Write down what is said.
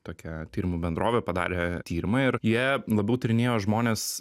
tokia tyrimų bendrovė padarė tyrimą ir jie labiau tyrinėjo žmones